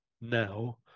now